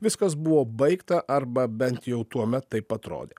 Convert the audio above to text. viskas buvo baigta arba bent jau tuomet taip atrodė